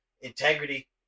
integrity